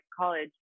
college